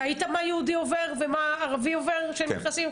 ראית מה יהודי עובר ומה ערבי עובר כשהם נכנסים?